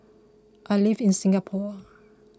I live in Singapore